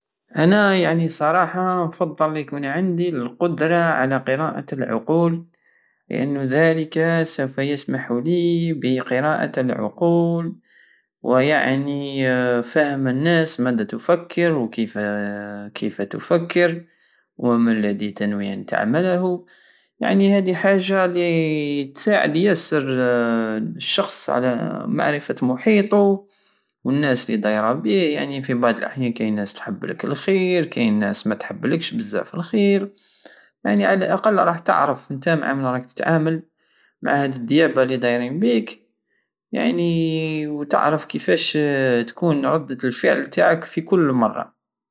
انا يعني صراحة نفضل يكون عندي القدرة على قراءة العقول لانودلك سوف يسمح لي بقراءة العقول ويعني فهم الناس مادا تفكر وكيف- وكيف تفكر ومالدي تنوي ان تعمله يعني هدي حاجة تساعد ياسر الشخص على معرفة محيطو والناس الي دايرة بيه يعني في بعض الأحيان كاين ناس تحبلك الخير كاين ناس متحبلكش بزاف الخير يعني على الاقل رح تعرف نتا مع من رك تتعامل مع الديابة الي دايرين بيك يعني وتعرف كيفاش تكون ردت الفعل تاعك في كل مرة